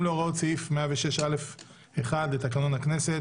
להוראות סעיף 106(א)(1) לתקנון הכנסת